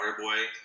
Waterboy